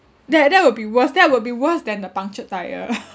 that that will be worse that will be worse than the punctured tyre